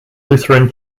lutheran